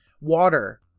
Water